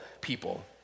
people